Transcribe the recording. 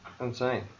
insane